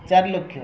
ଚାରିଲକ୍ଷ